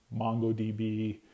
MongoDB